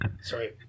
Sorry